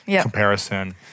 comparison